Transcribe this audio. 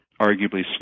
arguably